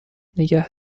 نگه